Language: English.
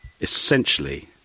essentially